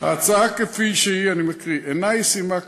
ההצעה כפי שהיא, אני מקריא, אינה ישימה כלל,